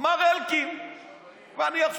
שאני צריך